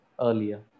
earlier